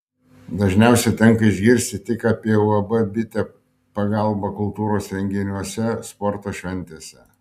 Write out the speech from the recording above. dažniausiai tenka išgirsti tik apie uab bitė pagalbą kultūros renginiuose sporto šventėse